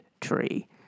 tree